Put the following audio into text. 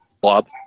Blob